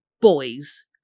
boys